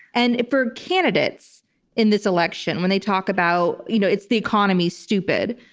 and for candidates in this election, when they talk about, you know, it's the economy, stupid,